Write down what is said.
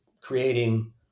creating